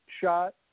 shot